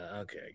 Okay